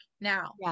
Now